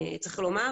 צריך לומר,